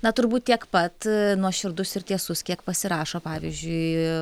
na turbūt tiek pat nuoširdus ir tiesus kiek pasirašo pavyzdžiui